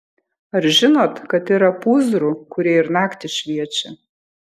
ar žinot kad yra pūzrų kurie ir naktį šviečia